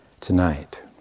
tonight